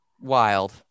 wild